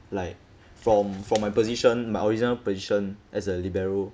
like from from my position my original position as a libero